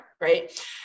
Right